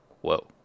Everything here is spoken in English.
whoa